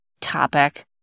topic